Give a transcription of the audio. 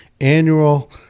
annual